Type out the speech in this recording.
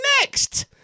next